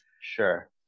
Sure